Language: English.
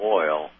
oil